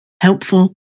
helpful